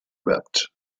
wept